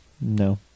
No